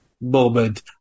moment